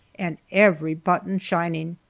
and every button shining.